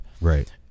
Right